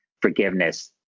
forgiveness